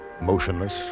motionless